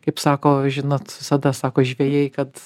kaip sako žinot visada sako žvejai kad